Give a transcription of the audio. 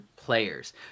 players